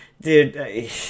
dude